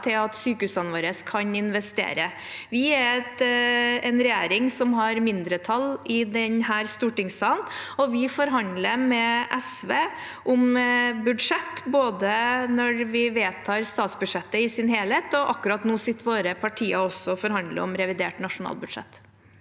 til at sykehusene våre kan investere. Vi er en regjering som har mindretall i denne stortingssalen. Vi forhandler med SV om budsjett når vi vedtar statsbudsjettet i sin helhet, og akkurat nå sitter våre partier også og forhandler om revidert nasjonalbudsjett.